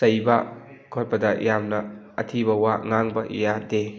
ꯆꯩꯕ ꯈꯣꯠꯄꯗ ꯌꯥꯝꯅ ꯑꯊꯤꯕ ꯋꯥ ꯉꯥꯡꯕ ꯌꯥꯗꯦ